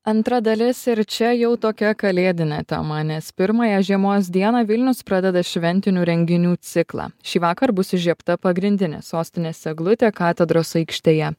antra dalis ir čia jau tokia kalėdinė tema nes pirmąją žiemos dieną vilnius pradeda šventinių renginių ciklą šįvakar bus įžiebta pagrindinė sostinės eglutė katedros aikštėje